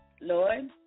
Lord